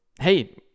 Hey